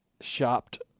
shopped